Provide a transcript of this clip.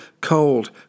cold